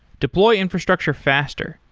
deploy infrastructure faster.